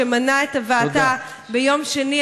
שמנע את הבאתה ביום שני,